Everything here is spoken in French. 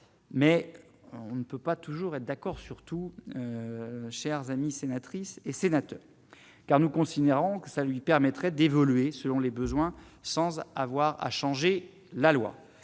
mais on ne peut pas toujours être d'accord sur tout, chers amis sénatrices et sénateurs car nous considérons que ça lui permettrait d'évoluer selon les besoins, sans à avoir à changer la loi,